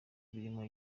birimo